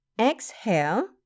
Exhale